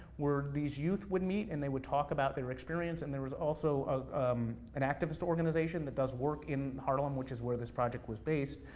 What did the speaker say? where these youth would meet, and they would talk about their experience. and there was also ah um an activist organization that does work in harlem, which was where this project was based,